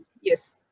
yes